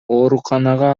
ооруканага